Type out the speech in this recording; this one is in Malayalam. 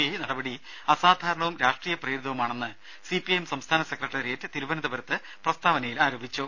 ഐ നടപടി അസാധാരണവും രാഷ്ട്രീയ പ്രേരിതവുമാണെന്ന് സിപിഐഎം സംസ്ഥാന സെക്രട്ടറിയേറ്റ് തിരുവനന്തപുരത്ത് പ്രസ്താവനയിൽ ആരോപിച്ചു